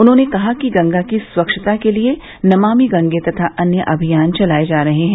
उन्होंने कहा कि गंगा की स्वच्छता के लिए नमामि गंगे तथा अन्य अभियान चलाये जा रहे हैं